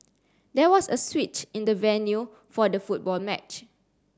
there was a switch in the venue for the football match